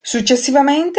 successivamente